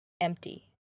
empty